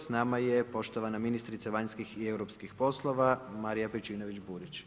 S nama je poštovana ministrica vanjskih i europskih poslova Marija Pejčinović Burić.